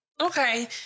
Okay